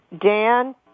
Dan